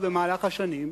או במהלך השנים,